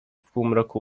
półmroku